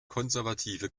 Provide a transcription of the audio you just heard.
konservative